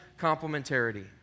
complementarity